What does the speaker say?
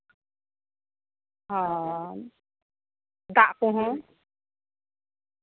ᱚᱻ ᱫᱟᱜ ᱠᱚᱦᱚᱸ